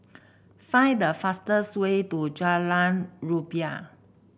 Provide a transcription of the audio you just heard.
find the fastest way to Jalan Rumbia